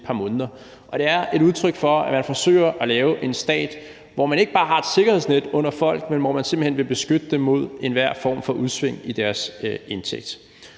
par måneder. Og det er et udtryk for, at man forsøger at lave en stat, hvor man ikke bare har et sikkerhedsnet under folk, men hvor man simpelt hen vil beskytte dem mod enhver form for udsving i deres indtægt.